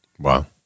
Wow